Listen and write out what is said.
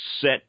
set